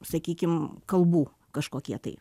sakykim kalbų kažkokie tai